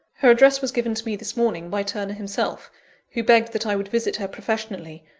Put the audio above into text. her address was given to me this morning, by turner himself who begged that i would visit her professionally,